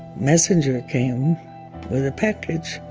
messenger came with a package.